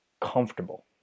comfortable